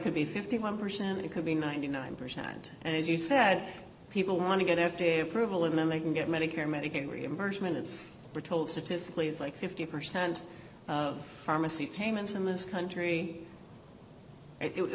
could be fifty one percent it could be ninety nine percent and as you said people want to get f d a approval and then they can get medicare medicaid reimbursement it's we're told statistically it's like fifty percent of pharmacy payments in this country it